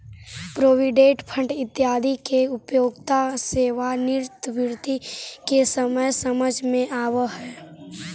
provident fund इत्यादि के उपयोगिता सेवानिवृत्ति के समय समझ में आवऽ हई